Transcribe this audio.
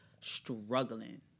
struggling